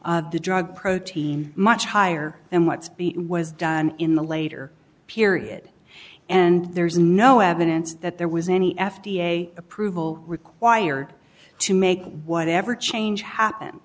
of the drug protein much higher than what was done in the later period and there's no evidence that there was any f d a approval required to make whatever change happen